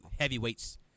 heavyweights